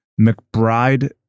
McBride